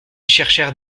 cherchèrent